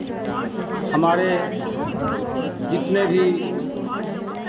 हमारे जितने भी